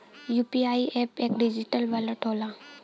UPI app एक digital wallet होला